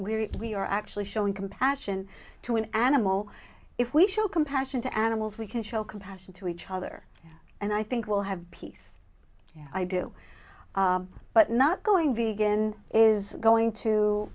where we are actually showing compassion to an animal if we show compassion to animals we can show compassion to each other and i think we'll have peace yeah i do but not going be again is going to